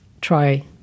try